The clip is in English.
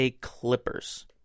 Clippers